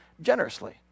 generously